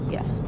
Yes